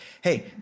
hey